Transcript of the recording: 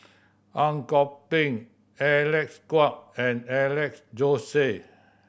Ang Kok Peng Alec Kuok and Alex Josey